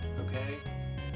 okay